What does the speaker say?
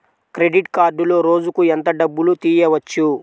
Credit కార్డులో రోజుకు ఎంత డబ్బులు తీయవచ్చు?